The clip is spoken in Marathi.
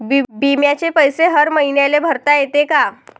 बिम्याचे पैसे हर मईन्याले भरता येते का?